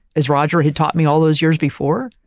as roger who taught me all those years before,